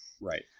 Right